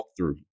walkthrough